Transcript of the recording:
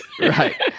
Right